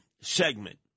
segment